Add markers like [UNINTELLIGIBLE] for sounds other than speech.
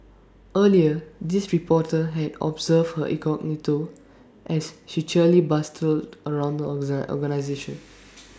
earlier this reporter had observed her incognito as she cheerily bustled around the [UNINTELLIGIBLE] organisation